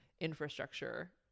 infrastructure